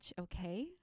okay